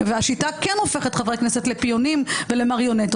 והשיטה כן הופכת חברי כנסת לפיונים ולמריונטות.